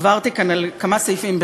עברתי כאן על כמה סעיפים,